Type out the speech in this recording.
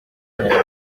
inshuti